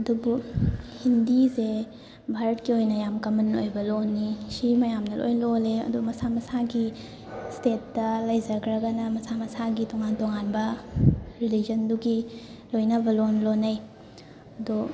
ꯑꯗꯨꯕꯨ ꯍꯤꯟꯗꯤꯁꯦ ꯚꯥꯔꯠꯀꯤ ꯑꯣꯏꯅ ꯌꯥꯝ ꯀꯃꯟ ꯑꯣꯏꯕ ꯂꯣꯟꯅꯤ ꯁꯤ ꯃꯌꯥꯝꯅ ꯂꯣꯏ ꯂꯣꯜꯂꯦ ꯑꯗꯣ ꯃꯁꯥ ꯃꯁꯥꯒꯤ ꯁ꯭ꯇꯦꯠꯇ ꯂꯩꯖꯈ꯭ꯔꯒꯅ ꯃꯁꯥ ꯃꯁꯥꯒꯤ ꯇꯣꯉꯥꯟ ꯇꯣꯉꯥꯟꯕ ꯔꯤꯂꯤꯖꯟꯗꯨꯒꯤ ꯂꯣꯏꯅꯕ ꯂꯣꯟ ꯂꯣꯟꯅꯩ ꯑꯗꯣ